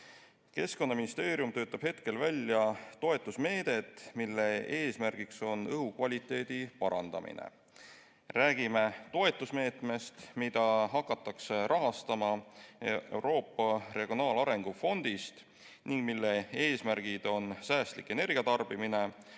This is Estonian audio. Keskkonnaministeerium töötab hetkel välja toetusmeedet, mille eesmärgiks on õhukvaliteedi parandamine. Räägime toetusmeetmest, mida hakatakse rahastama Euroopa Regionaalarengu Fondist ning mille eesmärgid on säästlik energiatarbimine,